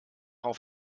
auf